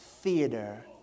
theater